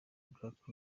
black